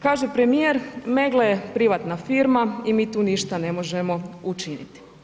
Kaže premijer Meggle je privatna firma i mi tu ništa ne možemo učiniti.